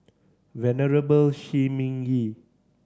Venerable Shi Ming Yi